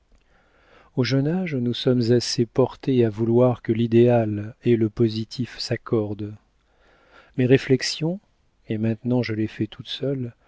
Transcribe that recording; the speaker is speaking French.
au jeune âge nous sommes assez portées à vouloir que l'idéal et le positif s'accordent mes réflexions et maintenant je les fais toute seule